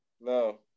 no